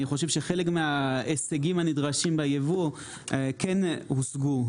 אני חושב שחלק מההישגים הנדרשים בייבוא כן הושגו,